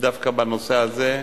דווקא בנושא הזה,